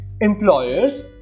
Employers